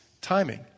timing